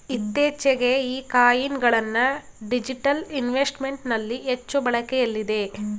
ಇತ್ತೀಚೆಗೆ ಈ ಕಾಯಿನ್ ಗಳನ್ನ ಡಿಜಿಟಲ್ ಇನ್ವೆಸ್ಟ್ಮೆಂಟ್ ನಲ್ಲಿ ಹೆಚ್ಚು ಬಳಕೆಯಲ್ಲಿದೆ